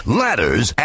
ladders